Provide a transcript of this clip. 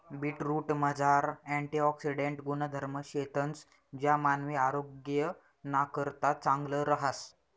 बीटरूटमझार अँटिऑक्सिडेंट गुणधर्म शेतंस ज्या मानवी आरोग्यनाकरता चांगलं रहास